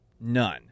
none